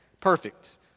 perfect